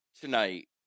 tonight